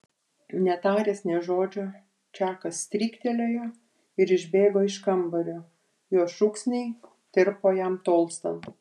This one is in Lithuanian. netaręs nė žodžio čakas stryktelėjo ir išbėgo iš kambario jo šūksniai tirpo jam tolstant